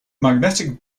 magnetic